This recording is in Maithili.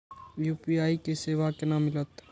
यू.पी.आई के सेवा केना मिलत?